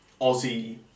Aussie